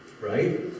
Right